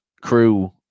crew